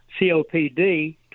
COPD